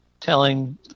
telling